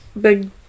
Big